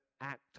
act